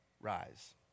rise